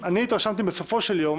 התרשמתי בסופו של יום